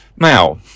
Now